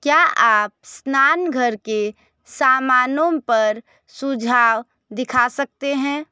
क्या आप स्नानघर के सामानों पर सुझाव दिखा सकते हैं